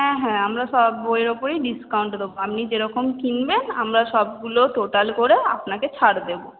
হ্যাঁ হ্যাঁ আমরা সব বইয়ের উপরেই ডিসকাউন্ট দেব আপনি যেরকম কিনবেন আমরা সবগুলো টোটাল করে আপনাকে ছাড় দেব